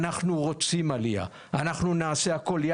אנחנו רוצים עלייה, אנחנו נעשה הכול.